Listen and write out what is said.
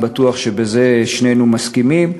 ואני בטוח שבזה שנינו מסכימים.